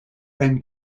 then